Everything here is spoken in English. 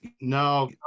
No